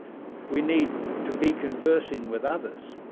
we need to be conversing with others.